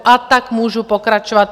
A tak můžu pokračovat.